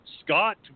Scott